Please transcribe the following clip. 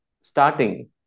starting